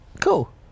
Cool